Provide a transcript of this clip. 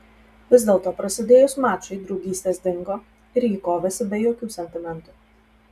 vis dėlto prasidėjus mačui draugystės dingo ir ji kovėsi be jokių sentimentų